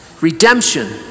Redemption